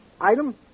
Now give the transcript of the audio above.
Item